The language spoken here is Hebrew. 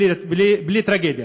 בלי טרגדיה.